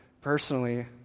personally